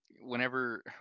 Whenever